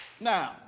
Now